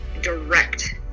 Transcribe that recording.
direct